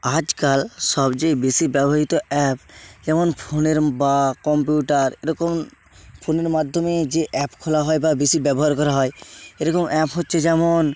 আজকাল সবচেয়ে বেশি ব্যবহিত অ্যাপ যেমন ফোনের বা কম্পিউটার এরকম ফোনের মাধ্যমে যে অ্যাপ খোলা হয় বা বেশি ব্যবহার করা হয় এরকম অ্যাপ হচ্চে যেমন